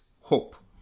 hope